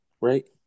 Right